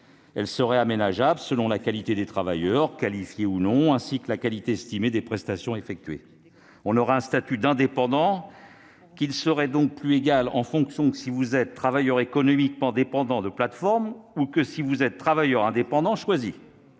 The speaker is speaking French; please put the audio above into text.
Elle serait aménageable selon la qualité des travailleurs, qualifiés ou non, ou selon la qualité estimée des prestations effectuées. On aurait un statut d'indépendant qui serait différent selon que vous êtes travailleur économiquement dépendant de plateforme ou que vous êtes travailleur indépendant choisi.